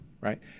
right